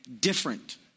different